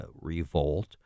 revolt